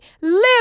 live